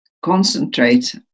concentrate